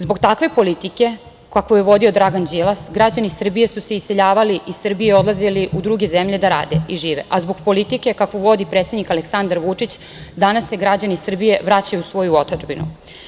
Zbog takve politike kakvu je vodio Dragan Đilas, građani Srbije su se iseljavali iz Srbije i odlazili u druge zemlje da rade i žive, a zbog politike kakvu vodi predsednik Aleksandar Vučić, danas se građani Srbije vraćaju u svoju otadžbinu.